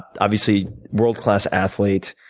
obviously world-class athlete,